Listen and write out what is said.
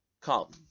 come